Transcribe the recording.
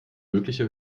mögliche